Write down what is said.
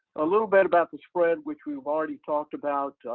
a little bit about the spread, which we've already talked about.